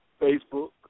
Facebook